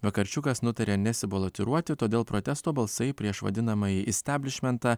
vakarčiukas nutarė nesibalotiruoti todėl protesto balsai prieš vadinamąjį isteblišmentą